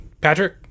patrick